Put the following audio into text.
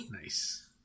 nice